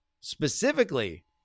Specifically